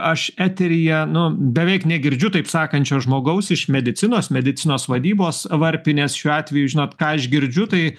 aš eteryje nu beveik negirdžiu taip sakančio žmogaus iš medicinos medicinos vadybos varpinės šiuo atveju žinot ką aš girdžiu tai